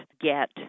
get